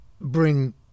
bring